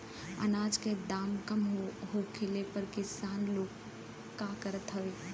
अनाज क दाम कम होखले पर किसान लोग का करत हवे?